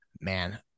man